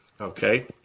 Okay